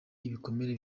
ibikomere